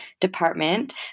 Department